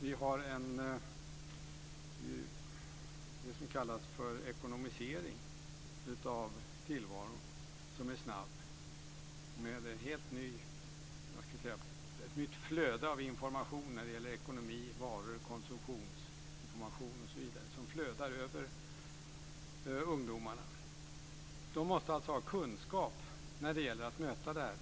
Vi har något som kallas en ekonomisering av tillvaron som är snabb med ett helt nytt flöde av information när det gäller ekonomi, varor, konsumtionsinformation, osv. som flödar över ungdomarna. De måste alltså ha kunskap när det gäller att möta detta.